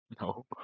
No